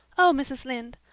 oh, mrs. lynde,